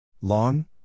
Long